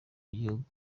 gihugu